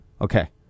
Okay